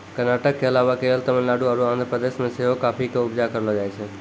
कर्नाटक के अलावा केरल, तमिलनाडु आरु आंध्र प्रदेश मे सेहो काफी के उपजा करलो जाय छै